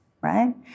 right